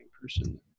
person